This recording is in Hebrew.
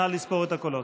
נא לספור את הקולות.